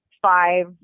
Five